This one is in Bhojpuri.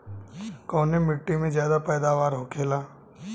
कवने मिट्टी में ज्यादा पैदावार होखेला?